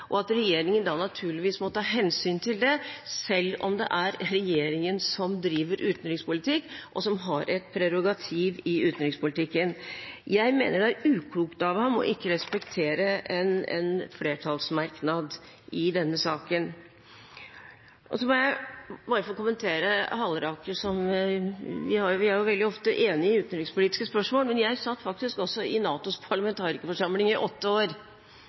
og at regjeringen naturligvis må ta hensyn til det, selv om det er regjeringen som driver utenrikspolitikk, og som har et prerogativ i utenrikspolitikken. Jeg mener det er uklokt av ham ikke å respektere en flertallsmerknad i denne saken. Så må jeg bare få kommentere til Halleraker. Vi er veldig ofte enige i utenrikspolitiske spørsmål. Jeg satt i NATOs parlamentarikerforsamling i åtte år,